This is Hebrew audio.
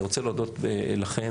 אני רוצה להודות לכם.